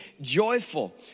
joyful